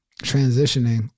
transitioning